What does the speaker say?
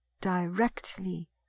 directly